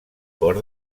port